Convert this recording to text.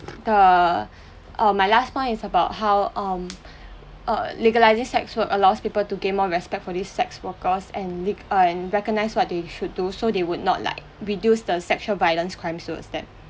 the uh my last point is about how um uh legalising sex work allows people to gain more respect for these sex workers and re~ and recognise what they should do so they would not like reduce the sexual violence crime towards them